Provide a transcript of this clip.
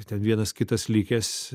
ten vienas kitas likęs